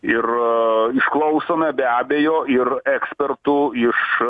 ir išklausome be abejo ir ekspertų iš